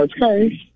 Okay